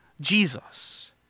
Jesus